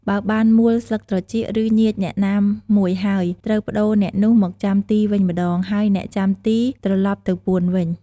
បើបានមួលស្លឹកត្រចៀក ឬ ញៀចអ្នកណាមួយហើយ ត្រូវប្តូរអ្នកនោះមកចាំទីវិញម្ដង ហើយអ្នកចាំទីត្រឡប់ទៅពួនវិញ។